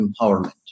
empowerment